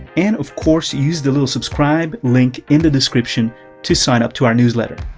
and of course use the little subscribe link in the description to sign up to our newsletter.